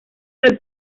del